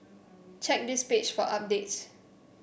check this page for updates